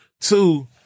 Two